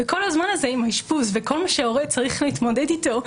אז בנוסף לכל הזמן הזה של האשפוז וכל מה שהורה צריך להתמודד אתו,